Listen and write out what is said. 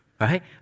right